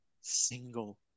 single